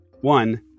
One